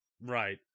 right